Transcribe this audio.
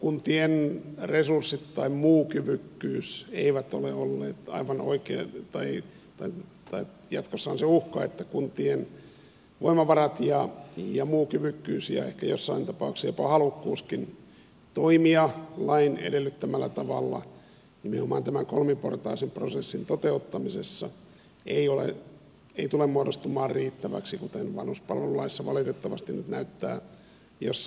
kuntien resurssit tai muu kyvykkyys eivät ole täytäntöönpanossa että jatkossa on se uhka että kuntien voimavarat ja muu kyvykkyys ja joissain tapauksissa jopa halukkuuskin toimia lain edellyttämällä tavalla nimenomaan tämän kolmiportaisen prosessin toteuttamisessa eivät tule muodostumaan riittäviksi kuten vanhuspalvelulaissa valitettavasti nyt näyttää jossain määrin käyvän